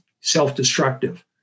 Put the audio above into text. self-destructive